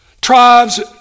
tribes